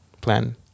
plan